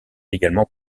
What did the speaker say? également